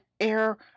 air